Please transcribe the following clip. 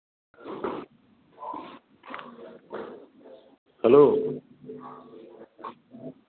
hello